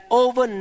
over